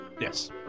Yes